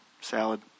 salad